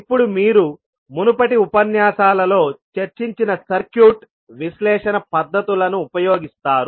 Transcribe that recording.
ఇప్పుడు మీరు మునుపటి ఉపన్యాసాలలో చర్చించిన సర్క్యూట్ విశ్లేషణ పద్ధతులను ఉపయోగిస్తారు